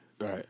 Right